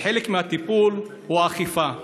וחלק מהטיפול הוא האכיפה.